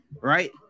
Right